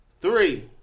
Three